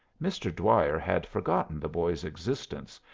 mr. dwyer had forgotten the boy's existence,